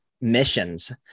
missions